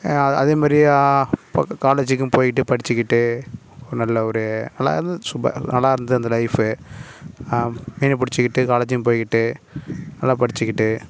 அதே மாதிரி இப்போ காலேஜிக்கும் போயிட்டு படிச்சிக்கிட்டு நல்ல ஒரு நல்லாயிருந்துது சூப்பர் நல்லா இருந்தது அந்த லைஃபு மீனை பிடிச்சிக்கிட்டு காலேஜிக்கும் போயிக்கிட்டு நல்லா படிச்சிக்கிட்டு